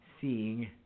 seeing